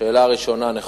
שאלה ראשונה, נכון.